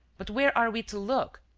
but where are we to look?